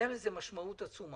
הייתה לזה משמעות עצומה.